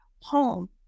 home